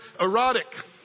erotic